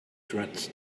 dreads